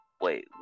wait